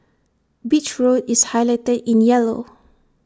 beach road is highlighted in yellow